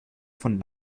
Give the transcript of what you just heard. von